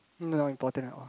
no important at all